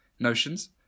notions